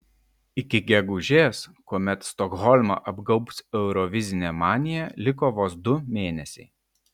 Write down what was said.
iki gegužės kuomet stokholmą apgaubs eurovizinė manija liko vos du mėnesiai